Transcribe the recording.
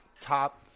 top